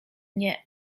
nie